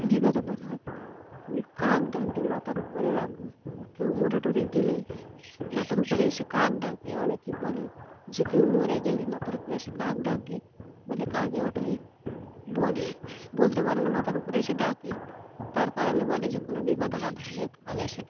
বিবাদ আপাদ হয় কাক ডাকলে মাথার উপরে রাখুন কেউ মরে টরে গেলে মাথার উপরে এসে কাক ডাকে অনেকেই বলে যে কেউ মরে গেলে মাথার উপরে এসে কাক ডাকলে বলে কাকে ওটাই বলে বলতে পারে না মাথার উপরে এসে ডাকে তার কারণে বলে যে কোনো বিবাদ আপাদ হয় কগে সেটা